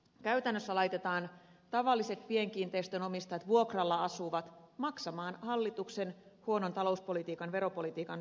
käytännössä laitetaan tavalliset pienkiinteistön omistajat ja vuokralla asuvat maksamaan hallituksen huonon talouspolitiikan veropolitiikan linjauksia